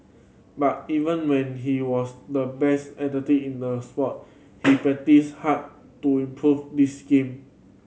but even when he was the best in the sport he practised hard to improve this game